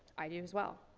i do as well.